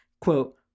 quote